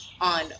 on